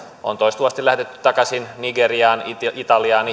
on toistuvasti lähetetty takaisin nigeriaan italiaan